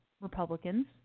Republicans